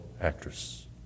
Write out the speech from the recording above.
actress